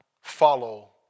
follow